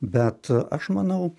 bet aš manau